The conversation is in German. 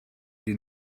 den